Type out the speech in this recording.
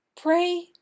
Pray